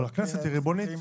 אבל הכנסת היא ריבונית.